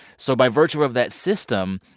so by virtue of that system,